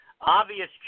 obvious